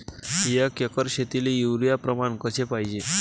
एक एकर शेतीले युरिया प्रमान कसे पाहिजे?